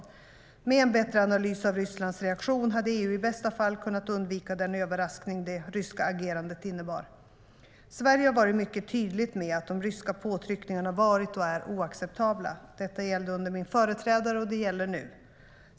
STYLEREF Kantrubrik \* MERGEFORMAT Svar på interpellationerSverige har varit mycket tydligt med att de ryska påtryckningarna varit och är oacceptabla - detta gällde under min företrädare, och det gäller nu.